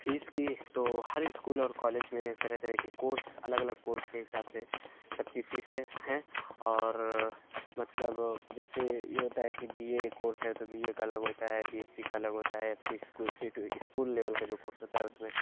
face کی تو ہر اسکول اور کالج میں طرح طرح کے کورس الگ الگ کورس کے حساب سے سب کی فیسیں ہیں اور مطلب جیسے یہ ہوتا ہے کہ بی اے کورس ہے تو بی اے کا الگ ہوتا ہے بی ایس سی کا الگ ہوتا ہے پھر اسکول لیول کا جو کورس ہوتا ہے اس میں